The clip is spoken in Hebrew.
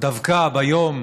דווקא ביום